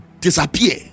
disappear